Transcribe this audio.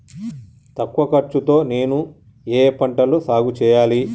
తక్కువ ఖర్చు తో నేను ఏ ఏ పంటలు సాగుచేయాలి?